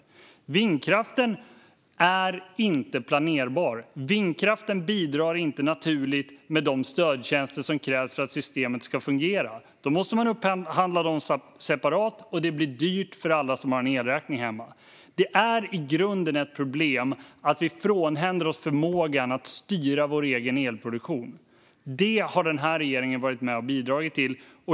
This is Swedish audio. Men vindkraften är inte planerbar. Vindkraften bidrar inte naturligt med de stödtjänster som krävs för att systemet ska fungera. Då måste man upphandla dem separat, och det blir dyrt för alla som får hem elräkningar. Det är i grunden ett problem att vi frånhänder oss förmågan att styra vår egen elproduktion. Det har den här regeringen varit med och bidragit till.